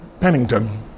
Pennington